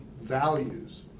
values